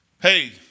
hey